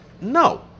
No